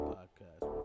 Podcast